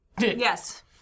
yes